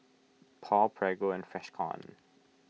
Paul Prego and Freshkon